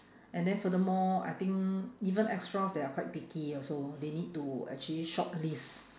and then furthermore I think even extras they are quite picky also they need to actually shortlist